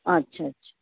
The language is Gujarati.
અચ્છા અચ્છા